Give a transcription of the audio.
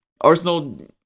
Arsenal